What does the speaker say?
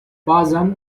bazen